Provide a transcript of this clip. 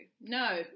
No